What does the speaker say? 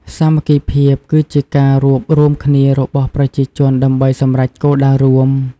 សាមគ្គីភាពគឺជា ការរួបរួមគ្នារបស់ប្រជាជនដើម្បីសម្រេចគោលដៅរួម។